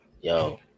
yo